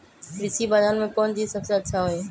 कृषि बजार में कौन चीज सबसे अच्छा होई?